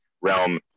realm